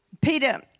Peter